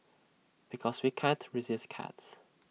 because we can't resist cats